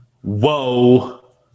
Whoa